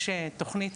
יש תוכנית,